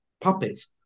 puppets